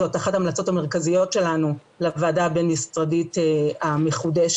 זאת אחת ההמלצות המרכזיות שלנו לוועדה הבין משרדית המחודשת,